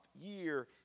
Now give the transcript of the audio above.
year